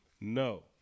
No